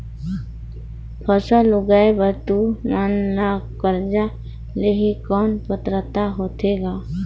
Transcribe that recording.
फसल उगाय बर तू मन ला कर्जा लेहे कौन पात्रता होथे ग?